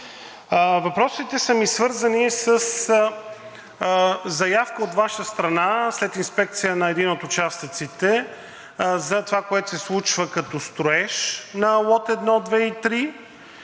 Въпросите ми са свързани със заявка от Ваша страна, след инспекция на един от участъците, за това, което се случва като строеж на Лот 1, 2 и 3,